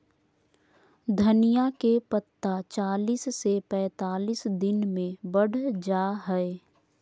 धनिया के पत्ता चालीस से पैंतालीस दिन मे बढ़ जा हय